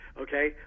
okay